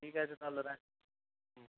ঠিক আছে তাহলে রাখি হুম